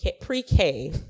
pre-K